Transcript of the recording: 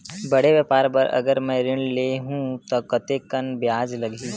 बड़े व्यापार बर अगर मैं ऋण ले हू त कतेकन ब्याज लगही?